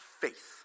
faith